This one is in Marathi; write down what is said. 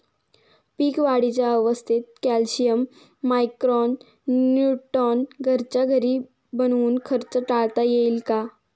पीक वाढीच्या अवस्थेत कॅल्शियम, मायक्रो न्यूट्रॉन घरच्या घरी बनवून खर्च टाळता येईल का?